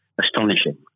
astonishing